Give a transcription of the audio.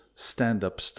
Stand-up